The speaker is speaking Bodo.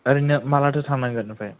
ओरैनो मालाथो थांनांगोन ओमफ्राय